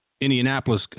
Indianapolis